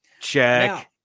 Check